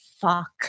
fuck